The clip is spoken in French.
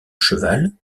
cheval